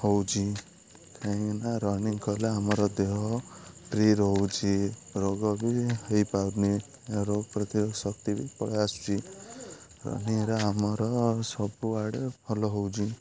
ହେଉଛି କାହିଁକିନା ରନିଂ କଲେ ଆମର ଦେହ ଫ୍ରି ରହୁଛି ରୋଗ ବି ହେଇପାରୁନି ରୋଗ ପ୍ରତିରୋଧକ ଶକ୍ତି ବି ପଳେଇଆସୁଛି ରନିଂରେ ଆମର ସବୁଆଡ଼ୁ ଭଲ ହେଉଛି